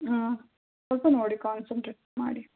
ಹಾಂ ಸ್ವಲ್ಪ ನೋಡಿ ಕಾನ್ಸಂಟ್ರೇಟ್ ಮಾಡಿ